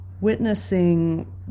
witnessing